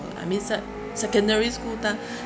I mean sec~ secondary school time